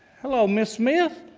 hello ms. smith,